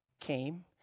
came